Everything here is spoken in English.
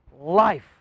life